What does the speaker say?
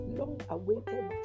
long-awaited